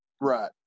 Right